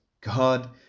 God